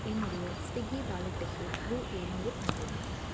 என்னுடைய ஸ்விக்கி வாலெட்டுக்கு ரூபா எழுநூறு அனுப்பவும்